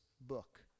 book